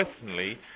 personally